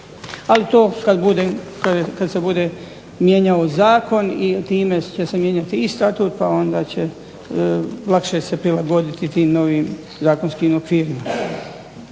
Ali to kad se bude mijenjao zakon i time će se mijenjati i statut, pa onda će lakše se prilagoditi tim novim zakonskim okvirima.